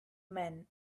men